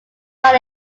not